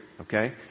okay